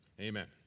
amen